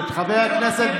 יא מחבל.